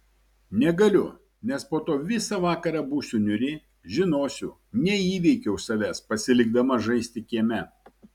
negaliu nes po to visą vakarą būsiu niūri žinosiu neįveikiau savęs pasilikdama žaisti kieme